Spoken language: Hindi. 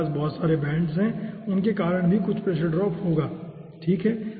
हमारे पास बहुत सारे बेंड्स हैं उसके कारण भी कुछ प्रेशर ड्रॉप होगा ठीक है